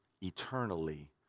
eternally